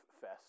fest